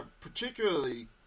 particularly